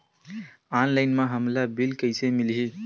Online म हमला bill कइसे मिलही?